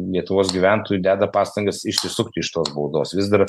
lietuvos gyventojų deda pastangas išsisukti iš tos baudos vis dar